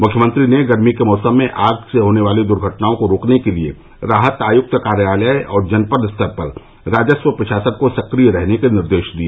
मुख्यमंत्री ने गर्मी के मौसम में आग से होने वाली दुर्घटनाओं को रोकने के लिए राहत आयुक्त कार्यालय और जनपद स्तर पर राजस्व प्रशासन को सक्रिय रहने के निर्देश दिए